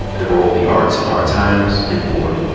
the role of the arts in hard times, and more.